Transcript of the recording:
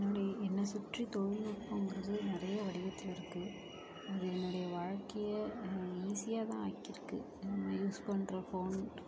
என்னுடைய என்னை சுற்றி தொழில் நுட்பம்கிறது நிறையா வடிவத்தில் இருக்குது அது என்னுடைய வாழ்க்கையை ஈஸியாக தான் ஆக்கிருக்கு நம்ம யூஸ் பண்ணுற போன்